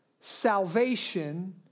salvation